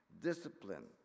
discipline